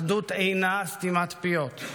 אחדות אינה סתימת פיות,